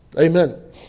amen